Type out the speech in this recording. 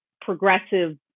progressive